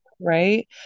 right